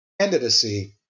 candidacy